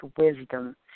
wisdom